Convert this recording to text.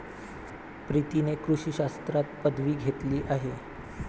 प्रीतीने कृषी शास्त्रात पदवी घेतली आहे